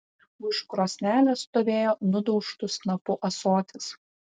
už krosnelės stovėjo nudaužtu snapu ąsotis